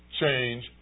change